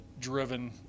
driven